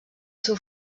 seu